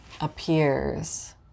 appears